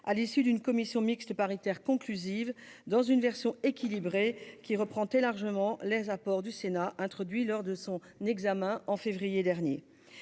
à l'issue d'une commission mixte paritaire conclusive, dans une version équilibrée qui reprend très largement les apports du Sénat introduits lors de son examen en février dernier.